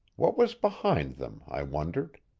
what was behind them? i wondered.